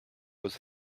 was